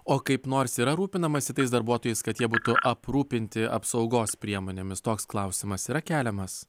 o kaip nors yra rūpinamasi tais darbuotojais kad jie būtų aprūpinti apsaugos priemonėmis toks klausimas yra keliamas